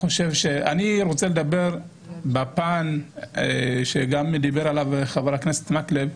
אני רוצה לדבר בפן שגם דיבר עליו חבר הכנסת מקלב,